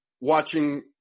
watching